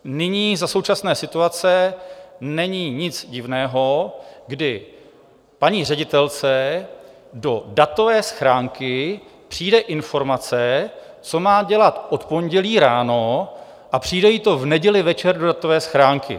Nyní, za současné situace, není nic divného, kdy paní ředitelce do datové schránky přijde informace, co má dělat od pondělí ráno, a přijde jí to v neděli večer do datové schránky.